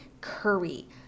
curry